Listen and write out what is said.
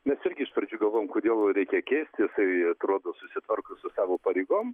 mes irgi iš pradžių galvojom kodėl reikia keist jisai atrodo susitvarko su savo pareigom